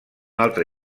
altre